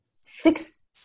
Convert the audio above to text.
six